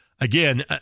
Again